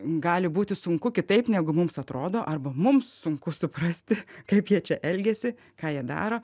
gali būti sunku kitaip negu mums atrodo arba mums sunku suprasti kaip jie čia elgiasi ką jie daro